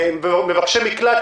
מבקשי מקלט,